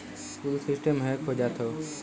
कुल सिस्टमे हैक हो जात हौ